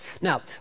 Now